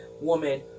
woman